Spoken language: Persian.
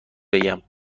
بگم